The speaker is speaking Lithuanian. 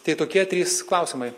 tai tokie trys klausimai